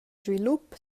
svilup